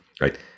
right